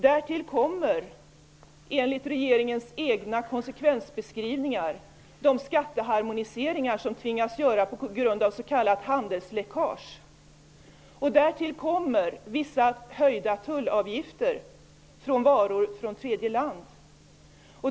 Därtill kommer enligt regeringens egna konsekvensbeskrivningar de skatteharmoniseringar som vi tvingas göra på grund av s.k. handelsläckage. Därtill kommer vissa höjda tullavgifter för varor från tredje land.